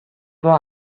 doa